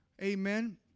Amen